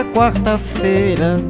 quarta-feira